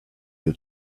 you